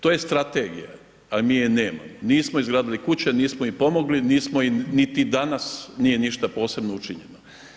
To je strategija, a mi je nemamo, nismo izgradili kuće, nismo im pomogli, nismo im niti danas nije ništa posebno učinjeno.